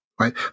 right